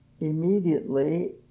immediately